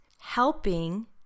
helping